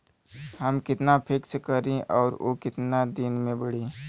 हम कितना फिक्स करी और ऊ कितना दिन में बड़ी?